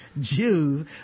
Jews